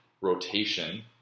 rotation